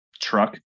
Truck